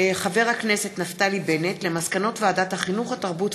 יגאל גואטה, איילת נחמיאס ורבין,